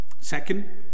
Second